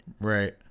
Right